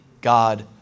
God